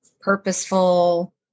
purposeful